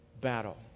battle